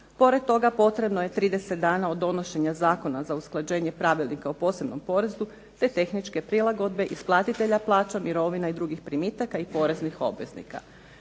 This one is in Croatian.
Pored toga potrebno je 30 dana od donošenja zakona za usklađenje Pravilnika o posebnom porezu te tehničke prilagodbe isplatitelja plaća, mirovina i drugih primitaka i poreznih obveznika.